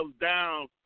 down